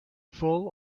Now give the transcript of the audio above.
full